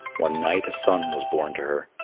one night a son was born to her.